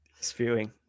Spewing